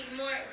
more